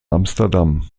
amsterdam